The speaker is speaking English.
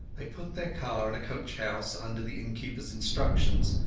they put their car in a coach-house under the innkeeperas instructions,